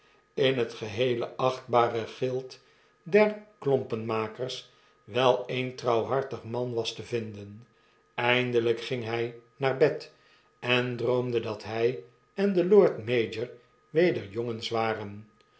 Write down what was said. in het eheele achtbare gild der klompenmakers wel een trouwhartig man was te vinden eindeljjk ging hy naar bed en droomde dat hij en de lord mayor weder jongens waren